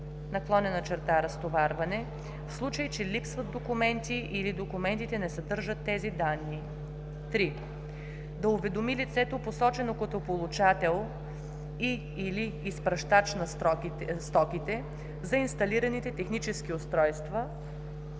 на получаване/разтоварване, в случай че липсват документи или документите не съдържат тези данни; 3. да уведоми лицето, посочено като получател и/или изпращач на стоките, за инсталираните технически устройства